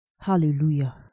Hallelujah